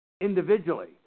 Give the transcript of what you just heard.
Individually